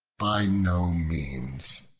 by no means,